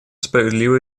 справедливо